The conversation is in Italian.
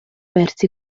persi